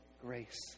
grace